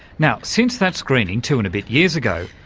now since that screening, two and a bit years ago,